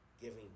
giving